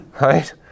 Right